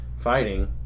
fighting